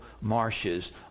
marshes